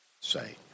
Say